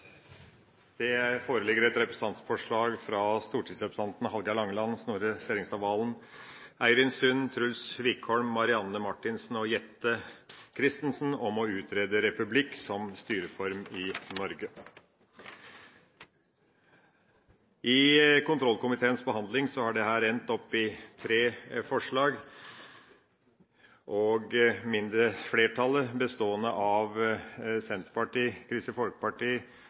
Det foreligger et representantforslag fra stortingsrepresentantene Hallgeir Langeland, Snorre Serigstad Valen, Eirin Sund, Truls Wickholm, Marianne Marthinsen og Jette Christensen om å utrede republikk som styreform i Norge. Under kontrollkomiteens behandling har dette endt opp i tre forslag. Flertallet, bestående av Senterpartiet, Kristelig Folkeparti,